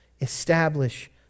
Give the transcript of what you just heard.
establish